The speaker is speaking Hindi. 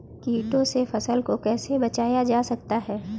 कीटों से फसल को कैसे बचाया जा सकता है?